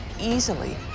easily